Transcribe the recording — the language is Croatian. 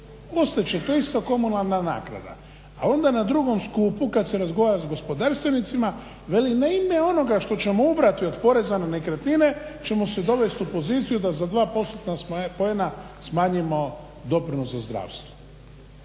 će isto kao komunalna naknada, a onda na drugom skupu kad se razgovara s gospodarstvenicima, veli na ime onoga što ćemo ubrati od poreza na nekretnine ćemo se dovesti u poziciju da za dva postotna poena smanjimo doprinos za zdravstvo.